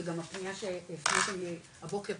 זה גם הפנייה שהפניתם הבוקר,